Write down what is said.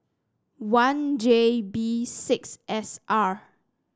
one J B six S R